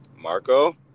Marco